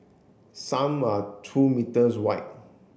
some are two meters wide